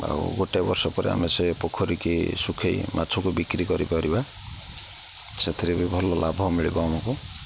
ଆଉ ଗୋଟେ ବର୍ଷ ପରେ ଆମେ ସେ ପୋଖରୀକି ଶୁଖେଇ ମାଛକୁ ବିକ୍ରି କରିପାରିବା ସେଥିରେ ବି ଭଲ ଲାଭ ମିଳିବ ଆମକୁ